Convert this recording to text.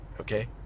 Okay